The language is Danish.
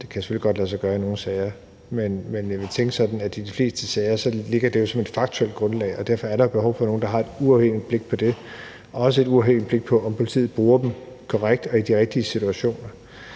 Det kan selvfølgelig godt lade sig gøre i nogle sager. Men jeg ville tænke sådan, at i de fleste sager, ligger de jo som et faktuelt grundlag, og derfor er der et behov for nogen, der har et uafhængigt blik på dem og også et uafhængigt blik på, om politiet bruger dem korrekt og i de rigtige situationer.